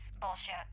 bullshit